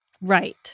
Right